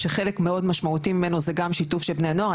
כשחלק מאוד משמעותי ממנו הוא שיתוף של בני הנוער,